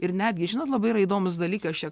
ir netgi žinot labai įdomus dalykas čia